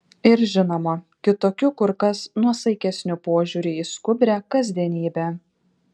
ir žinoma kitokiu kur kas nuosaikesniu požiūriu į skubrią kasdienybę